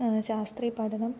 शास्त्री पठनं